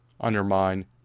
undermine